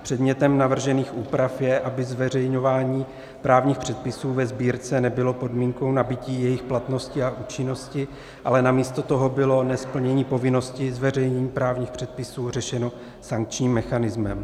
Předmětem navržených úprav je, aby zveřejňování právních předpisů ve sbírce nebylo podmínkou nabytí jejich platnosti a účinnosti, ale namísto toho bylo nesplnění povinnosti zveřejnění právních předpisů řešeno sankčním mechanismem.